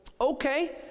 Okay